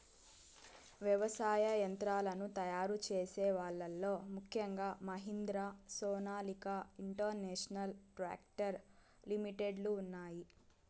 వ్యవసాయ యంత్రాలను తయారు చేసే వాళ్ళ లో ముఖ్యంగా Mahindra, Sonalika international tractor limited లు ఉన్నాయి